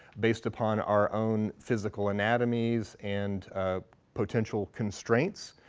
based upon our own physical anatomies and potential constraints.